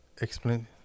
explain